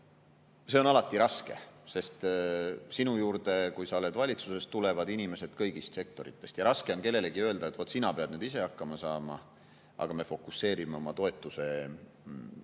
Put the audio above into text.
öelda? Alati on raske, kui sinu juurde, kui sa oled valitsuses, tulevad inimesed kõigist sektoritest, sest raske on kellelegi öelda, et sina pead ise hakkama saama, me fokuseerime oma toetuse